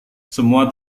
semua